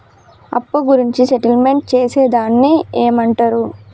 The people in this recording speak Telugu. అప్పు గురించి సెటిల్మెంట్ చేసేదాన్ని ఏమంటరు?